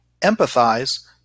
empathize